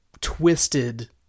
twisted